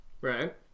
Right